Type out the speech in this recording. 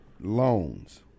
loans